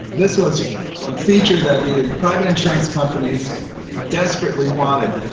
this was a feature that the private insurance companies desperately wanted.